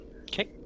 Okay